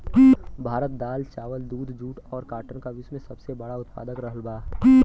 भारत दाल चावल दूध जूट और काटन का विश्व में सबसे बड़ा उतपादक रहल बा